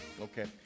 Okay